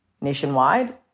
nationwide